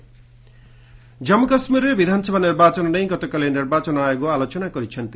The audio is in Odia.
EC J and K Jammu କାଶ୍ମୀରରେ ବିଧାନସଭା ନିର୍ବାଚନ ନେଇ ଗତକାଲି ନିର୍ବାଚନ ଆୟୋଗ ଆଲୋଚନା କରିଛନ୍ତି